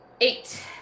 Eight